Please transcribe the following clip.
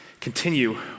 continue